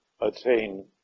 attain